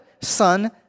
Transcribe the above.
Son